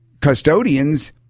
custodians